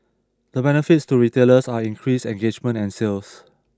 the benefits to retailers are increased engagement and sales